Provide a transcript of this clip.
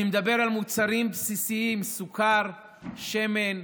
ואני מדבר על מוצרים בסיסיים: סוכר, שמן,